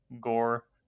gore